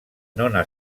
nona